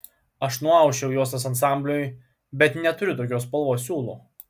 aš nuausčiau juostas ansambliui bet neturiu tokios spalvos siūlų